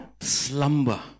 slumber